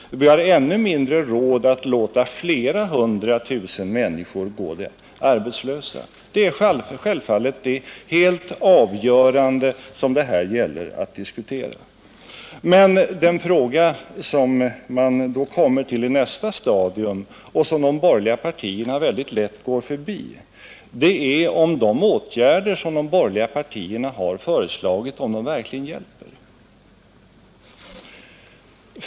Och vi har ännu mindre råd att låta flera hundratusen människor gå utan arbete. Detta är självfallet det helt avgörande som det här gäller att diskutera. Men den fråga som man då kommer till vid nästa stadium, och som de borgerliga partierna går lätt förbi, det är huruvida de åtgärder som de borgerliga partierna har föreslagit verkligen hjälper.